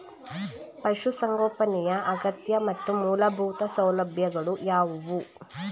ಪಶುಸಂಗೋಪನೆಯ ಅಗತ್ಯ ಮತ್ತು ಮೂಲಭೂತ ಸೌಲಭ್ಯಗಳು ಯಾವುವು?